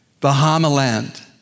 Bahamaland